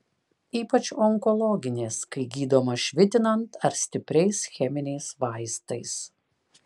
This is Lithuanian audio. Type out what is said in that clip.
ypač onkologinės kai gydoma švitinant ar stipriais cheminiais vaistais